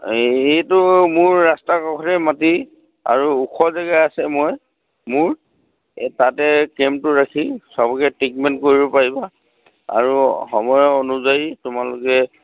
এইটো মোৰ ৰাস্তা কাষৰেই মাটি আৰু ওখ জেগা আছে মই মোৰ তাতে কেম্পটো ৰাখি চবকে ট্ৰিটমেণ্ট কৰিব পাৰিবা আৰু সময়ৰ অনুযায়ী তোমালোকে